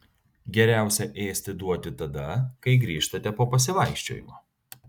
geriausia ėsti duoti tada kai grįžtate po pasivaikščiojimo